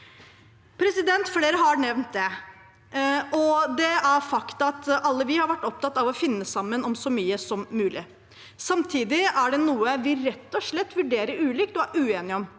med det. Flere har nevnt det, og det er et faktum at vi alle har vært opptatt av å finne sammen om så mye som mulig. Samtidig er det noe vi rett og slett vurderer ulikt og er uenige om.